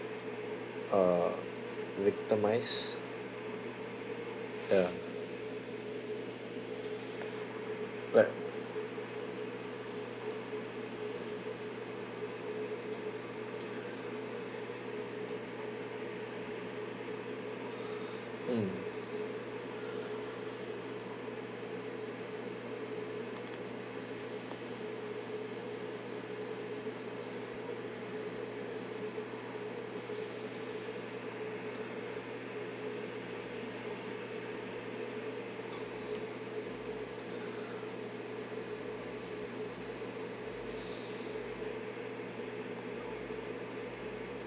uh victimise ya like mm